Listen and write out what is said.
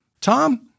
Tom